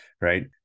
right